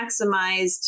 maximized